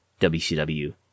WCW